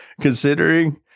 Considering